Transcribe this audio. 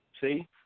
See